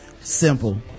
Simple